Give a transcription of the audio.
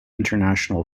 international